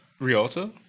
Rialto